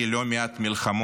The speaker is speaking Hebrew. ניהלה לא מעט מלחמות